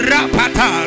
Rapata